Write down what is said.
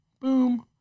Boom